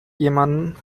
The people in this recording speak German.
jemanden